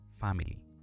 family